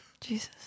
Jesus